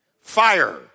Fire